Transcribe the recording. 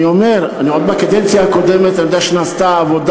אני אומר: אני יודע שעוד בקדנציה הקודמת נעשתה עבודה